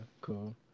cool